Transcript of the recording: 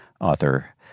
author